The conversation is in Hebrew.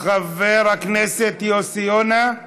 חבר הכנסת יוסי יונה,